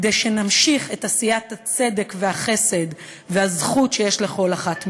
כדי שנמשיך את עשיית הצדק והחסד והזכות שיש לכל אחת מהן.